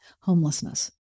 homelessness